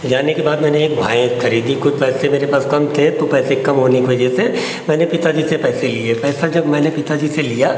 जाने के बाद मैंने एक भैंस खरीदी कुछ पैसे मेरे पास कम थे तो पैसे कम होने के वजह से मैंने पिता जी से पैसे लिए पैसा जब मैंने पिता जी से लिया